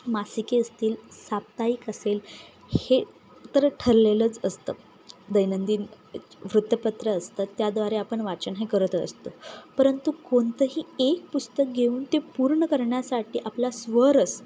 मासिके असतील साप्ताहिक असेल हे तर ठरलेलंच असतं दैनंदिन वृत्तपत्र असतं त्याद्वारे आपण वाचन हे करत असतो परंतु कोणतंही एक पुस्तक घेऊन ते पूर्ण करण्यासाठी आपला स्व रस